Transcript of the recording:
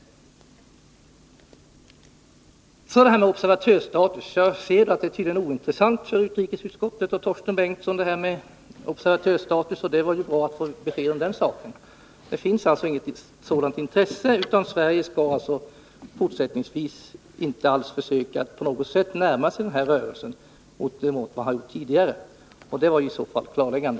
Så detta med observatörsstatus, något som tydligen är ointressant enligt utrikesutskottets och Torsten Bengtsons uppfattning. Det var ju bra att få ett besked om den saken. Det finns alltså inget intresse för observatörskap, utan Sverige skall tydligen fortsättningsvis inte alls försöka närma sig den alliansfria rörelsen. Det var i så fall ett klarläggande.